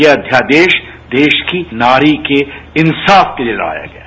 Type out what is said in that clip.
ये अध्यादेश देश की नारी के इंसाफ के लिए लाया गया है